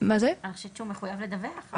אני חושבת שהוא מחויב לדווח,